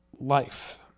life